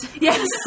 Yes